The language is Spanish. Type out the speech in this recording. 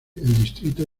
distrito